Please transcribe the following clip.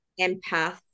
empath